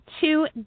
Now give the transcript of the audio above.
two